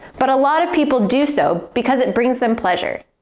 but a lot of people do so because it brings them pleasure.